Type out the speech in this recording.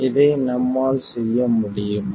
இதை நம்மால் செய்ய முடியுமா